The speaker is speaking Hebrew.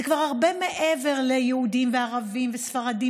זה כבר הרבה מעבר ליהודים וערבים וספרדים